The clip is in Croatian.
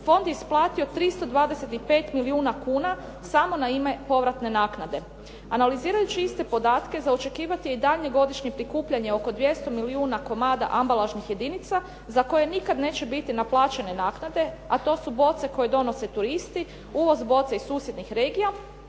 Fond je isplatio 325 milijuna kuna samo na ime povratne naknade. Analizirajući iste podatke za očekivati je daljnje godišnje prikupljanje oko 200 milijuna komada ambalažnih jedinica za koje nikad neće biti naplaćene naknade, a to su boce koje donose turisti, uvoz boca iz susjednih regija